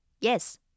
Yes